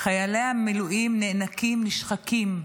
חיילי המילואים נאנקים, נשחקים.